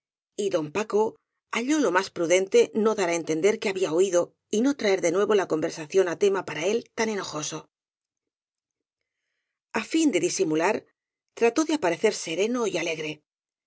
distintas y don paco halló lo más prudente no dar á entender que había oído y no traer de nuevo la conversación á tema para él tan enojoso á fin de disimular trató de aparecer sereno y ale